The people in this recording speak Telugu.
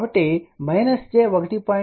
కాబట్టి j 1